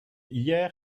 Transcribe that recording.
hier